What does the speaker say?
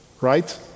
Right